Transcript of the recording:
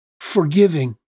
forgiving